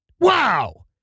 Wow